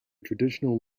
traditional